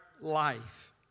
life